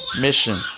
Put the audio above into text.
mission